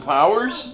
Powers